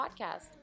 Podcast